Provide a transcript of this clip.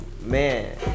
man